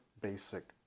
basic